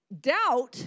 Doubt